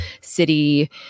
city